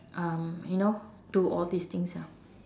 um you know do all these things ah